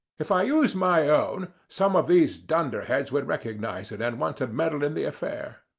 if i used my own some of these dunderheads would recognize it, and want to meddle in the affair.